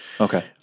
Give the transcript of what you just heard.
Okay